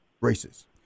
races